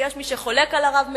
ויש מי שחולק על הרב מלמד,